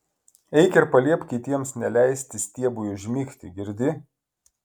eik ir paliepk kitiems neleisti stiebui užmigti girdi